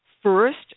First